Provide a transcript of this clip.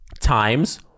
times